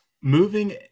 Moving